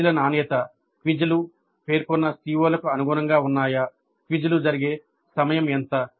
క్విజ్ల నాణ్యత క్విజ్లు పేర్కొన్న CO లకు అనుగుణంగా ఉన్నాయా క్విజ్లు జరిగే సమయం ఎంత